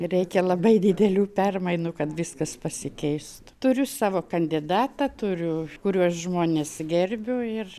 reikia labai didelių permainų kad viskas pasikeistų turiu savo kandidatą turiu kuriuos žmones gerbiu ir